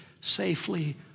safely